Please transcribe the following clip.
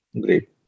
Great